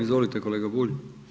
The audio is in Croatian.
Izvolite, kolega Bulj.